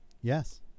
Yes